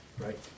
Right